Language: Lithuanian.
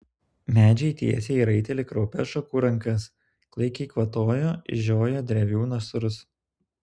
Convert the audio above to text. medžiai tiesė į raitelį kraupias šakų rankas klaikiai kvatojo išžioję drevių nasrus